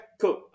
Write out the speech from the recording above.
cool